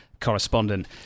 Correspondent